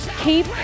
Keep